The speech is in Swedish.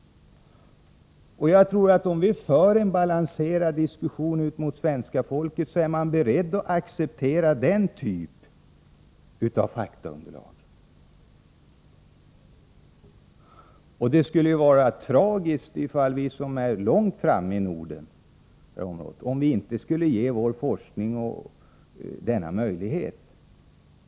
Jag tror att om vi för en balanserad diskussion ut mot svenska folket, är man beredd att acceptera den typen av faktaunderlag. Det skulle ju vara tragiskt ifall vi, som är långt framme i Norden på detta område, inte skulle ge vår forskning denna möjlighet.